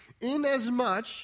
inasmuch